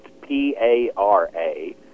P-A-R-A